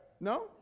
No